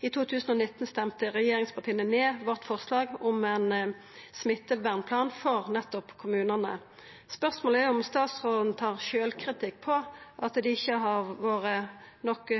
I 2019 stemte regjeringspartia ned vårt forslag om ein smittevernplan for kommunane. Spørsmålet er om statsråden tar sjølvkritikk på at dei ikkje har vore nok